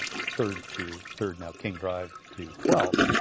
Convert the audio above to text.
third to, third now king drive, to twelfth.